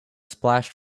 splashed